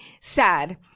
sad